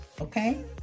Okay